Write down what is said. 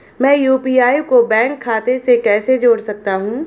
मैं यू.पी.आई को बैंक खाते से कैसे जोड़ सकता हूँ?